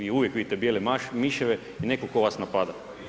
Vi uvijek vidite bijele miševe i netko tko vas napada.